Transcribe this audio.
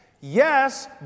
Yes